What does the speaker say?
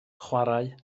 chwarae